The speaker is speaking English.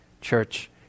church